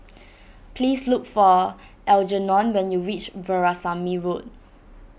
please look for Algernon when you reach Veerasamy Road